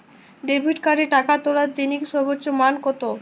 Debit কার্ডে টাকা তোলার দৈনিক সর্বোচ্চ মান কতো?